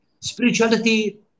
Spirituality